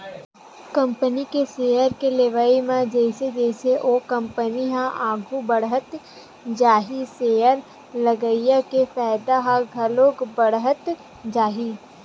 company के share के लेवई म जइसे जइसे ओ कंपनी ह आघू बड़हत जाही सेयर लगइया के फायदा ह घलो बड़हत जाही